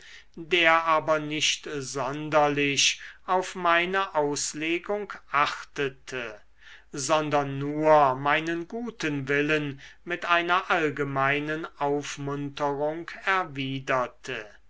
der aber nicht sonderlich auf meine auslegung achtete sondern nur meinen guten willen mit einer allgemeinen aufmunterung erwiderte